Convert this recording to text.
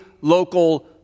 local